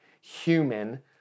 human